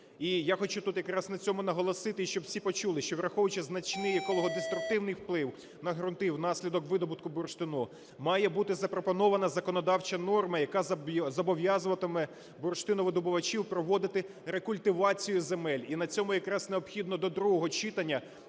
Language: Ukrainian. І я хочу тут якраз на цьому наголосити, щоб усі почули: що, враховуючи значний екологодиструктивний вплив на ґрунти внаслідок видобутку бурштину, має бути запропонована законодавча норма, яка зобов'язуватиме бурштиновидобувачів проводити рекультивацію земель. І на цьому якраз необхідно до другого читання